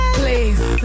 please